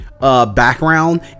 background